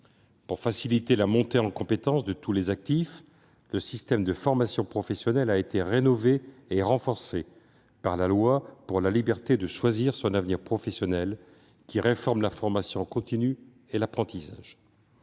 Pour faciliter la montée en compétence de tous les actifs, le système de formation professionnelle a été rénové et renforcé par la loi du 5 septembre 2018 pour la liberté de choisir son avenir professionnel, qui réforme la formation continue et l'apprentissage.